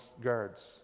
guards